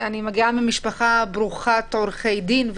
מגיעה ממשפחה ברוכת עורכי דין,